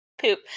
poop